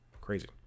crazy